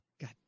god